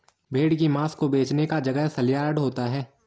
भेड़ की मांस को बेचने का जगह सलयार्ड होता है